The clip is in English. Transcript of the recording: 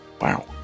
wow